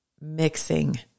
mixing